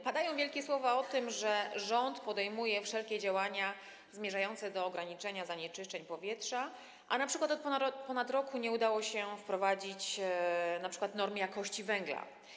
Padają wielkie słowa o tym, że rząd podejmuje wszelkie działania zmierzające do ograniczenia zanieczyszczeń powietrza, a np. od ponad roku nie udało się wprowadzić norm jakości węgla.